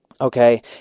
okay